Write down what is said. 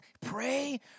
pray